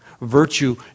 Virtue